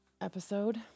episode